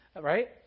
right